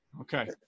Okay